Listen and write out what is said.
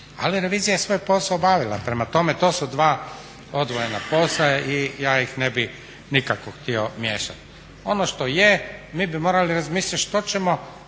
Ali revizija je svoj posao obavila, prema tome to su dva odvojena posla i ja ih ne bih nikako htio miješati. Ono što je mi bi morali razmisliti što ćemo